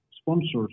sponsors